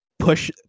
push